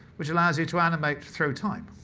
which allows you to animate through time.